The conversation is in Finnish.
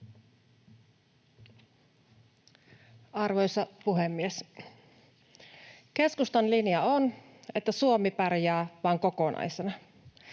Arvoisa puhemies! Keskustan linja on, että Suomi pärjää vain kokonaisena.